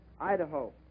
Idaho